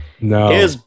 No